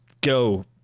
go